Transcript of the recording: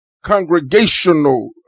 congregational